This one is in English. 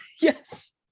yes